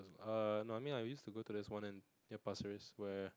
err no I mean I used to go to this one in near Pasir-Ris where